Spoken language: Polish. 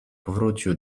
powrócił